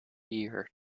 year